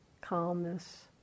calmness